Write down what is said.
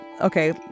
okay